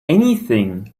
anything